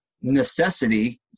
necessity